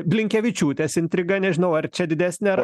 blinkevičiūtės intriga nežinau ar čia didesnė